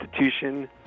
institution